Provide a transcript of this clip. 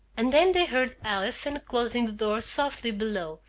and then they heard allison closing the door softly below,